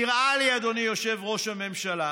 נראה לי, אדוני ראש הממשלה,